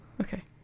Okay